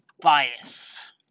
bias